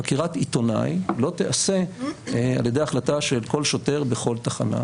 חקירת עיתונאי לא תיעשה על ידי החלטה של כל שוטר בכל תחנה,